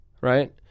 right